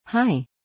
Hi